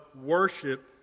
worship